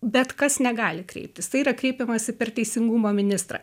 bet kas negali kreiptis tai yra kreipiamasi per teisingumo ministrą